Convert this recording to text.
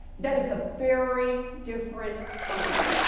that is a very different company.